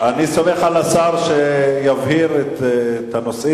אני סומך על השר שיבהיר את הנושאים.